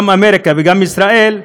גם באמריקה וגם בישראל,